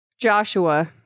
Joshua